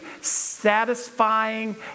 satisfying